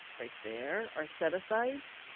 right there, are set-asides,